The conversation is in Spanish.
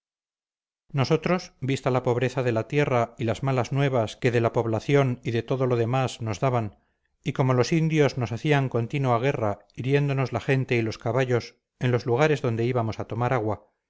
nosotros vista la pobreza de la tierra y las malas nuevas que de la población y de todo lo demás nos daban y como los indios nos hacían continua guerra hiriéndonos la gente y los caballos en los lugares donde íbamos a tomar agua